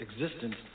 existence